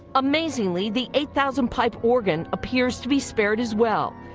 amazingly, the eight thousand pipe organ appears to be spared as well.